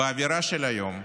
באווירה של היום,